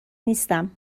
نیستم